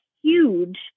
huge